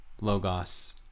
logos